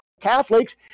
Catholics